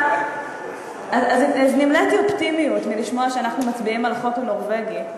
אז נמלאתי אופטימיות מלשמוע שאנחנו מצביעים על החוק הנורבגי,